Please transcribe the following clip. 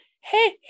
Hey